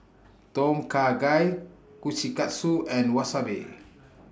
Tom Kha Gai Kushikatsu and Wasabi